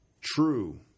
true